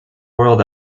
world